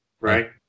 Right